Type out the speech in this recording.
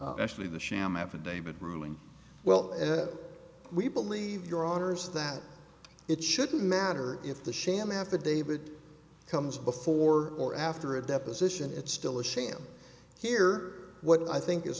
honor actually the sham affidavit ruling well we believe your honour's that it shouldn't matter if the sham affidavit comes before or after a deposition it's still a sham here what i think i